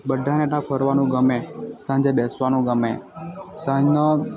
બધાંણે ત્યાં ફરવાનું ગમે સાંજે બેસવાનું ગમે સાંજનો